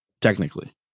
technically